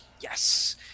Yes